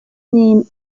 name